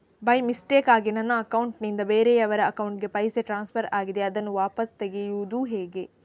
By ಮಿಸ್ಟೇಕಾಗಿ ನನ್ನ account ನಿಂದ ಬೇರೆಯವರ ಅಕೌಂಟ್ ಗೆ ಪೈಸೆ ಟ್ರಾನ್ಸ್ಫರ್ ಆಗಿದೆ ಅದನ್ನು ವಾಪಸ್ ತೆಗೆಯೂದು ಹೇಗೆ?